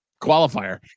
qualifier